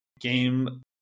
game